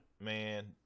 man